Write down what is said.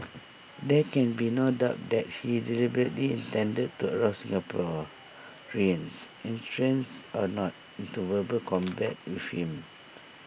there can be no doubt that he deliberately intended to arouse Singaporeans and or not into verbal combat with him